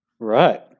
Right